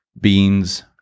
beans